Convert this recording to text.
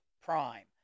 Prime